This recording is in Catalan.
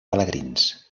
pelegrins